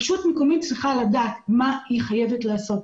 רשות מקומית צריכה לדעת מה היא חייבת לעשות.